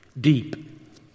Deep